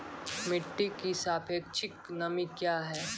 मिटी की सापेक्षिक नमी कया हैं?